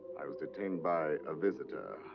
i was detained by a visitor.